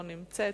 לא נמצאת,